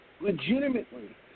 Legitimately